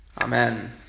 Amen